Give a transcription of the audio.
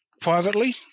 privately